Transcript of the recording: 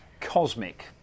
Cosmic